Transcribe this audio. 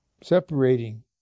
separating